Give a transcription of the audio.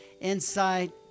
inside